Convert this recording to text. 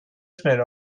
schnell